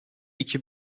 iki